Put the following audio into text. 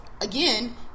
again